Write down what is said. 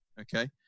okay